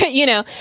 ah you know,